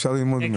אפשר ללמוד ממנו.